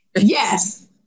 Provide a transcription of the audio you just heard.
Yes